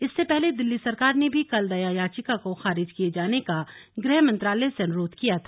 इससे पहले दिल्ली सरकार ने भी कल दया याचिका को खारिज किये जाने का गृह मंत्रालय से अनुरोध किया था